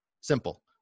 simple